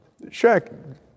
Shaq